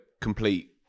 complete